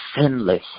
sinless